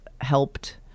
helped